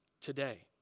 today